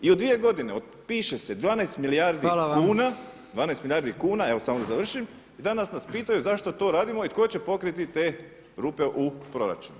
I u 2 godine otpiše se 12 milijardi kuna, 12 milijardi kuna, evo samo da završim, i danas nas pitaju zašto to radimo i tko će pokriti te rupe u proračunu?